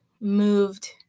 moved